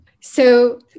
So-